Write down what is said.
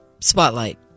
spotlight